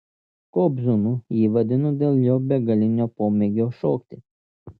kobzonu jį vadinu dėl jo begalinio pomėgio šokti